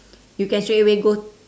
you can straight away go